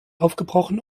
aufgebrochen